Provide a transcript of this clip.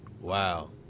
Wow